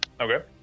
Okay